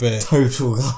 total